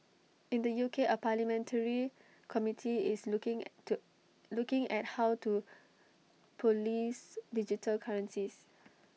in the U K A parliamentary committee is looking at the looking at how to Police digital currencies